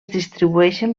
distribueixen